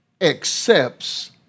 accepts